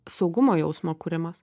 saugumo jausmo kūrimas